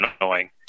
annoying